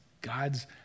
God's